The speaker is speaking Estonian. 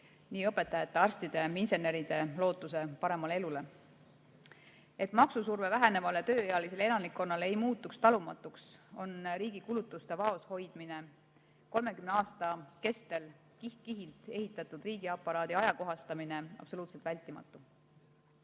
nii õpetajate, arstide kui ka inseneride lootuse paremale elule. Et maksusurve vähenevale tööealisele elanikkonnale ei muutuks talumatuks, on riigi kulutuste vaoshoidmine, 30 aasta kestel kiht‑kihilt ehitatud riigiaparaadi ajakohastamine absoluutselt vältimatu.